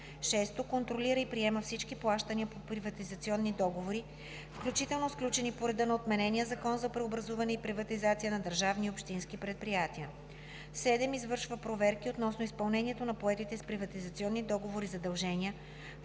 6. контролира и приема всички плащания по приватизационни договори, включително сключени по реда на отменения Закон за преобразуване и приватизация на държавни и общински предприятия; 7. извършва проверки относно изпълнението на поетите с приватизационни договори задължения